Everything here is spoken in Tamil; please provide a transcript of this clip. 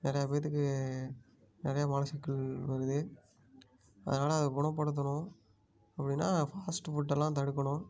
நிறையா பேர்த்துக்கு நிறையா மலச்சிக்கல் வருது அதனால அதை குணப்படுத்தணும் அப்படின்னா ஃபாஸ்ட்டு ஃபுட்டெல்லாம் தடுக்கணும்